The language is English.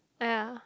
ya